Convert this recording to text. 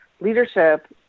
leadership